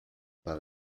par